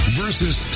versus